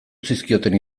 zizkioten